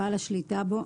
בעל השליטה בו,